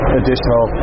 additional